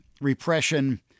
repression